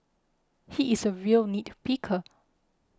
he is a real nit picker